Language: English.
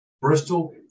Bristol